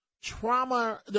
Trauma